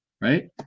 Right